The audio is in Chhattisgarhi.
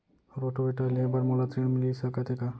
रोटोवेटर लेहे बर मोला ऋण मिलिस सकत हे का?